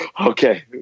okay